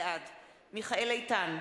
בעד מיכאל איתן,